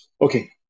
Okay